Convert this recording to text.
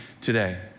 today